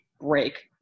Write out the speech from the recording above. break